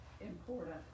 important